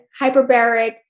hyperbaric